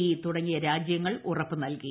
E തുടങ്ങിയ രാജ്യങ്ങൾ ഉറപ്പ് നൽകി